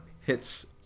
hits